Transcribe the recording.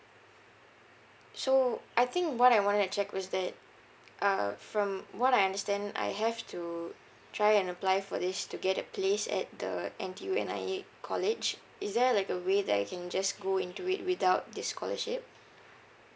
so I think what I want to check is that uh from what I understand I have to try and apply for this to get a place at the N_T_U N_I_E college is there like a way that I can just go into it without this scholarship